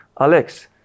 Alex